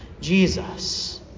Jesus